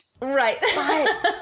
right